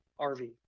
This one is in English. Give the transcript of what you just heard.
RV